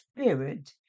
Spirit